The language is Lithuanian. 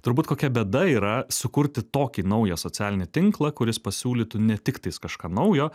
turbūt kokia bėda yra sukurti tokį naują socialinį tinklą kuris pasiūlytų ne tiktais kažką naujo